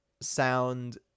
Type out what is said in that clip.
sound